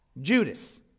Judas